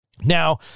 Now